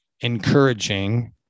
encouraging